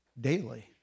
daily